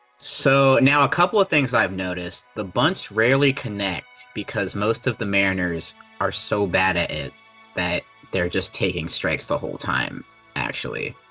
so, now, a couple of things i've noticed, the bunch rarely connect because most of the mariners are so bad at it that they're just taking strikes the whole time actually.